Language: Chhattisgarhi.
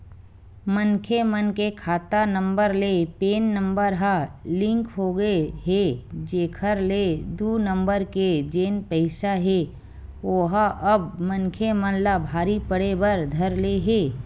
मनखे मन के खाता नंबर ले पेन नंबर ह लिंक होगे हे जेखर ले दू नंबर के जेन पइसा हे ओहा अब मनखे मन ला भारी पड़े बर धर ले हे